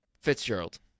Fitzgerald